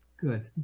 good